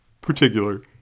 particular